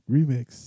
Remix